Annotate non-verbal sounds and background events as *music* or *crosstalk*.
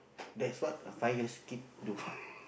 that's what a five years old kid do *laughs*